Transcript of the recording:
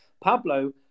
Pablo